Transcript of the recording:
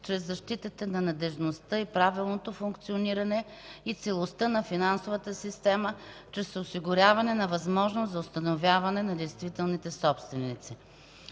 чрез защитата на надеждността и правилното функциониране и целостта на финансовата система чрез осигуряване на възможност за установяване на действителните собственици.